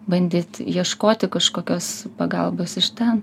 bandyt ieškoti kažkokios pagalbos iš ten